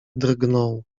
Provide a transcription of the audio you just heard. drgnął